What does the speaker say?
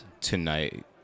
tonight